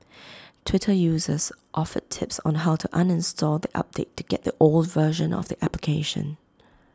Twitter users offered tips on how to uninstall the update to get the old version of the application